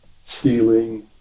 stealing